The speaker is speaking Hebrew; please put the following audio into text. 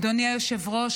אדוני היושב-ראש,